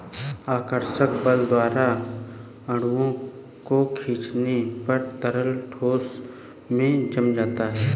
आकर्षक बल द्वारा अणुओं को खीचने पर तरल ठोस में जम जाता है